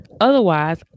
Otherwise